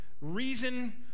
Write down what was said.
reason